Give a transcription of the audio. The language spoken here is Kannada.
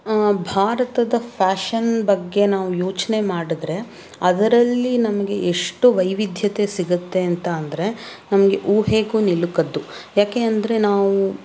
ಭಾರತದ ಫ್ಯಾಷನ್ ಬಗ್ಗೆ ನಾವು ಯೋಚನೆ ಮಾಡಿದ್ರೆ ಅದರಲ್ಲಿ ನಮಗೆ ಎಷ್ಟು ವೈವಿಧ್ಯತೆ ಸಿಗತ್ತೆ ಅಂತ ಅಂದರೆ ನಮಗೆ ಊಹೆಗೂ ನಿಲುಕದ್ದು ಯಾಕೆ ಅಂದರೆ ನಾವು